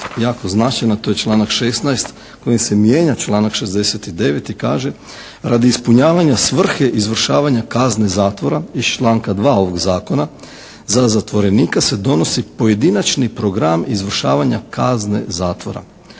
jako značajna a to je članak 16. kojim se mijenja članak 69. i kaže: "Radi ispunjavanja svrhe izvršavanja kazne zatvora iz članka 2. ovog zakona za zatvorenika se donosi pojedinačni program izvršavanja kazne zatvora.